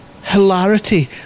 hilarity